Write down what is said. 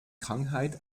krankheit